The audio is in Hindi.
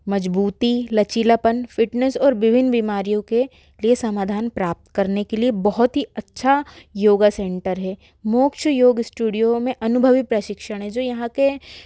मजबूती लचीलापन फिटनेस और विभिन्न बीमारियों के समाधान प्राप्त करने के लिए बहुत ही अच्छा योगा सेंटर है मोक्ष योग स्टूडियो में अनुभवी प्रशिक्षण है जो यहाँ के